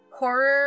horror